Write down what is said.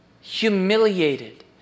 humiliated